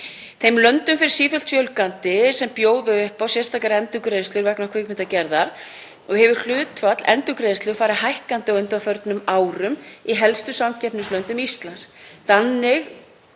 Þeim löndum fer sífellt fjölgandi sem bjóða upp á sérstakar endurgreiðslur vegna kvikmyndagerðar og hefur hlutfall endurgreiðslu farið hækkandi á undanförnum árum í helstu samkeppnislöndum Íslands.